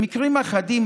במקרים אחדים,